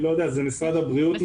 זה משרד הבריאות.